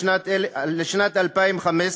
לשנת 2015,